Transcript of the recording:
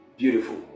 Beautiful